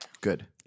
Good